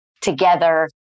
together